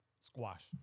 Squash